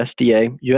USDA